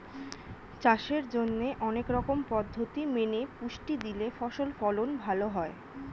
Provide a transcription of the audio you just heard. চাষের জন্যে অনেক রকম পদ্ধতি মেনে পুষ্টি দিলে ফসল ফলন ভালো হয়